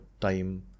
time